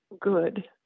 good